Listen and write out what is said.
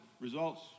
results